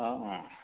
অঁ অঁ